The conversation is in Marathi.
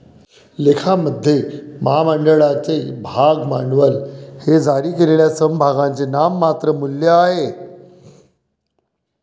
लेखामध्ये, महामंडळाचे भाग भांडवल हे जारी केलेल्या समभागांचे नाममात्र मूल्य आहे